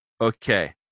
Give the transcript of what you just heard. okay